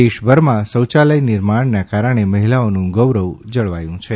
દેશભરમાં શૌચાલય નિર્માણના કારણે મહિલાઓનું ગૌરવ જળવાયું છે